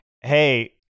hey